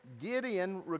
Gideon